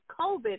COVID